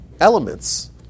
Elements